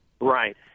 Right